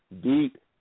Deep